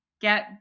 get